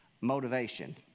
motivation